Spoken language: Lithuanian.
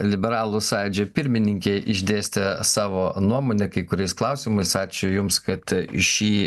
liberalų sąjūdžio pirmininkė išdėstė savo nuomonę kai kuriais klausimais ačiū jums kad šį